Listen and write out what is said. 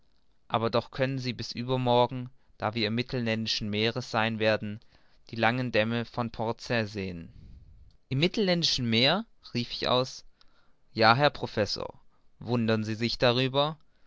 aber doch können sie bis übermorgen da wir im mittelländischen meere sein werden die langen dämme von port said sehen im mittelländischen meer rief ich aus ja herr professor wundern sie sich darüber